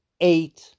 eight